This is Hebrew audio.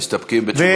אתם מסתפקים בתשובתו?